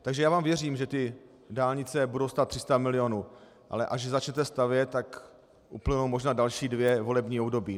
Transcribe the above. Takže já vám věřím, že ty dálnice budou stát 300 milionů, ale až začnete stavět, tak uplynou možná další dvě volební období.